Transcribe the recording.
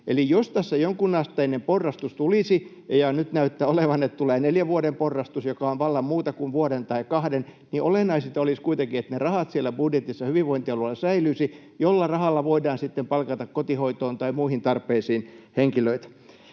Eli jos tässä jonkunasteinen porrastus tulisi — ja nyt näyttää olevan niin, että tulee neljän vuoden porrastus, joka on vallan muuta kuin vuoden tai kahden — niin olennaista olisi kuitenkin, että ne rahat siellä budjetissa hyvinvointialueille säilyisivät, niin että sillä rahalla voidaan sitten palkata kotihoitoon tai muihin tarpeisiin henkilöitä.